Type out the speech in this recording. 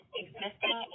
existing